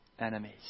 enemies